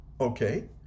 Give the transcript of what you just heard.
Okay